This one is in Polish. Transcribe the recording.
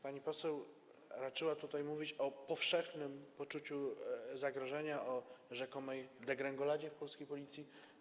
Pani poseł raczyła tutaj mówić o powszechnym poczuciu zagrożenia, o rzekomej degrengoladzie w polskiej Policji.